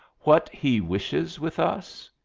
what he wishes with us?